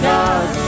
God